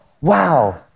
wow